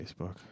Facebook